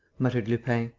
muttered lupin.